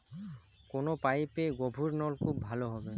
কোন পাইপে গভিরনলকুপ ভালো হবে?